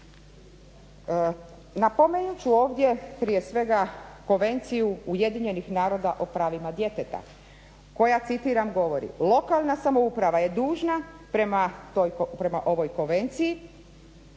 Napomenut ću ovdje prije svega Konvenciju UN-a o pravima djeteta koja citiram govori: lokalna samouprava je dužna prema ovoj konvenciji,